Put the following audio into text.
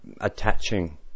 attaching